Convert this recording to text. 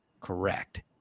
correct